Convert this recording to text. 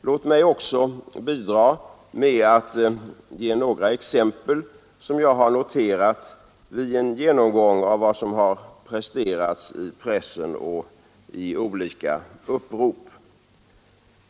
Låt också mig bidra med att ge några exempel, som jag har noterat vid en genomgång av vad som har presterats i pressen och i olika upprop.